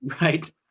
Right